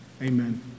Amen